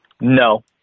No